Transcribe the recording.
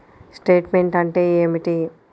Statement అంటే ఏమిటి?